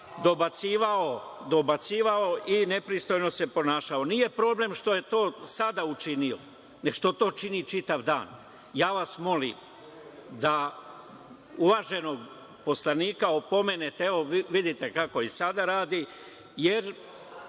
dobacivao i nepristojno se ponašao. Nije problem to što je sada učinio nego što to čini čitav dan. Molim vas da uvaženog poslanika opomenete, evo, vidite kako i sada radi, jer